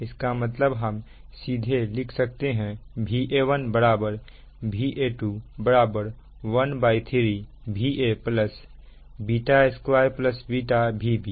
इसका मतलब हम सीधे लिख सकते हैं Va1 Va2 13 Va β2 β Vb